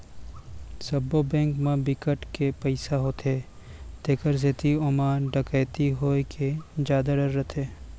सबो बेंक म बिकट के पइसा होथे तेखर सेती ओमा डकैती होए के जादा डर रहिथे